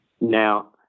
Now